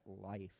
life